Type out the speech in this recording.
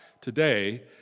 today